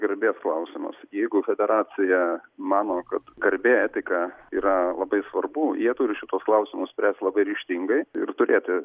garbės klausimas jeigu federacija mano kad garbė etika yra labai svarbu jie turi šituos klausimus spręst labai ryžtingai ir turėtų